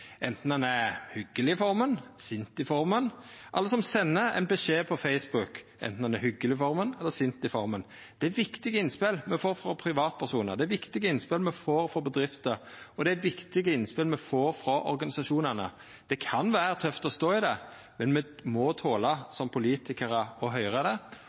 er hyggeleg eller sint i forma, alle som sender ein beskjed på Facebook, anten han er hyggeleg eller sint i forma. Det er viktige innspel me får frå privatpersonar, det er viktige innspel me får frå bedrifter, og det er viktige innspel me får frå organisasjonane. Det kan vera tøft å stå i det, men me må tola som politikarar å høyra det. Me må forstå landet vårt, og det